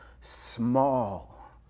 small